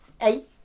eight